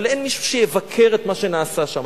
אבל אין מישהו שיבקר את מה שנעשה שם.